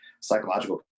psychological